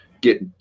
get